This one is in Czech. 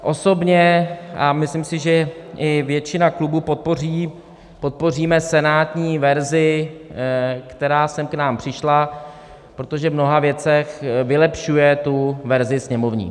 Osobně, a myslím si, že i většina klubů, podpořím senátní verzi, která sem k nám přišla, protože v mnoha věcech vylepšuje tu verzi sněmovní.